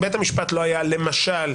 מתערב, למשל,